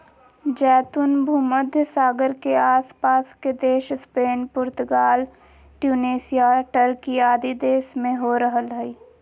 जैतून भूमध्य सागर के आस पास के देश स्पेन, पुर्तगाल, ट्यूनेशिया, टर्की आदि देश में हो रहल हई